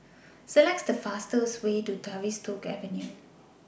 Select The fastest Way to Tavistock Avenue